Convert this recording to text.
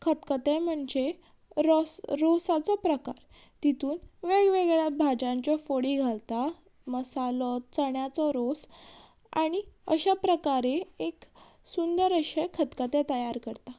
खतखतें म्हणजे रोस रोसाचो प्रकार तितून वेगवेगळ्या भाज्यांच्यो फोडी घालता मसालो चण्याचो रोस आनी अशा प्रकारे एक सुंदर अशें खतखतें तयार करता